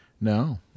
No